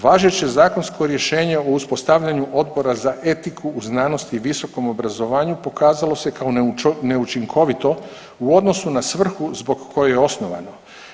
Važeće zakonsko rješenje u uspostavljanje Odbora za etiku u znanosti i visokom obrazovanju pokazalo se kao neučinkovito u odnosu na svrhu zbog koje je osnovan.